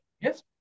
Yes